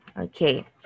okay